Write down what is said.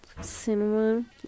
cinnamon